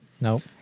Nope